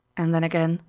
and then again,